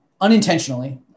unintentionally